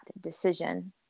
decision